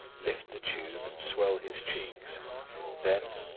lift the tube and swell his cheeks then,